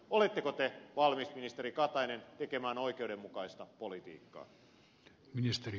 oletteko te valmis ministeri katainen tekemään oikeudenmukaista politiikkaa